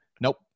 nope